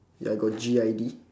ya I got G_I_D